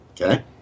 okay